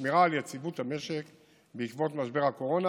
לשמירה על יציבות המשק בעקבות משבר הקורונה,